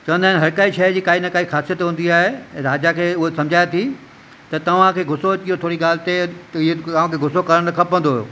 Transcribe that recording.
चवंदा आहिनि हर का शइ जी काई न काई ख़ासियत हूंदी आहे राजा खे हूअ समझाए थी त तव्हांखे गुसो अची वियो थोरी ॻाल्हि ते त ईअं तव्हांखे गुसो करणु न खपंदो हुओ